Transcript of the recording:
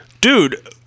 dude